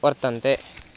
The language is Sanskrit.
वर्तते